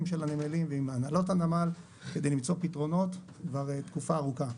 של הנמלים ועם הנהלת הנמל כדי למצוא פתרונות כבר תקופה אחרונה.